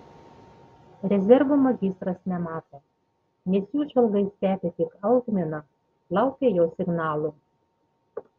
rezervų magistras nemato nes jų žvalgai stebi tik algminą laukia jo signalų